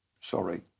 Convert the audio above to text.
sorry